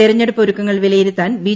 തെരഞ്ഞെടുപ്പ് ഒരുക്കങ്ങൾ വിലയിരുത്താൻ ബി